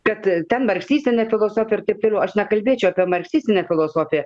kad ten marksistinė filosofija ir taip toliau aš nekalbėčiau apie marksistinę filosofiją